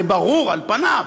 זה ברור על פניו.